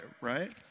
right